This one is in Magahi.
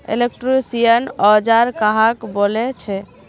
इलेक्ट्रीशियन औजार कहाक बोले छे?